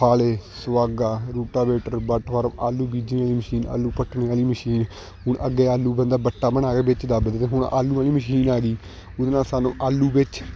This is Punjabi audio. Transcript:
ਫਾਲ਼ੇ ਸੁਹਾਗਾ ਰੂਟਾਵੇਟਰ ਬੱਟ ਵਰਬ ਆਲੂ ਬੀਜਣੇ ਵਾਲੀ ਮਸ਼ੀਨ ਆਲੂ ਪੱਟਣੇ ਵਾਲੀ ਮਸ਼ੀਨ ਹੁਣ ਅੱਗੇ ਆਲੂ ਬੰਦਾ ਵੱਟਾਂ ਬਣਾ ਕੇ ਵਿੱਚ ਦੱਬ ਦੇ ਤੇ ਹੁਣ ਆਲੂ ਵਾਲੀ ਮਸ਼ੀਨ ਆ ਗਈ ਉਹਦੇ ਨਾਲ ਸਾਨੂੰ ਆਲੂ ਵਿੱਚ